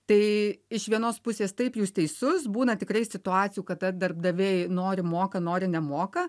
tai iš vienos pusės taip jūs teisus būna tikrai situacijų kada darbdaviai nori moka nori nemoka